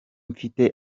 mfite